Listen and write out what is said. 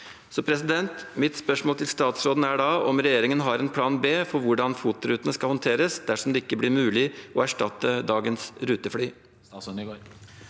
fly. Mitt spørsmål til statsråden er da om regjeringen har en plan b for hvordan FOT-rutene skal håndteres dersom det ikke blir mulig å erstatte dagens rutefly.